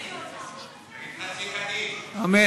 אמן.